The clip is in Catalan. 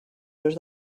dues